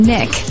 Nick